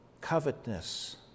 covetousness